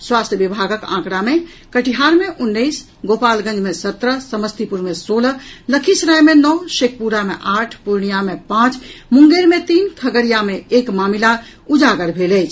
स्वास्थ्य विभागक आकड़ा मे कटिहार मे उन्नैस गोपालगंज मे सत्रह समस्तीपुर मे सोलह लखीसराय मे नओ शेखपुरा मे आठ पूर्णियां मे पांच मुंगेर मे तीन खगड़िया मे एक मामिला उजागर भेल अछि